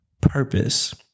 purpose